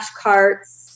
carts